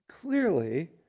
Clearly